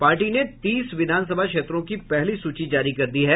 party ने तीस विधान सभा क्षेत्रो की पहली सूची जारी कर दी है